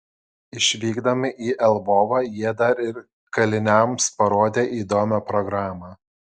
išvykdami į lvovą jie dar ir kaliniams parodė įdomią programą